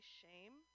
shame